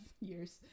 years